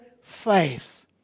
faith